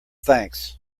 thanks